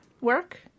work